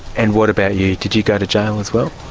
and what about you? did you go to jail as well?